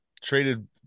traded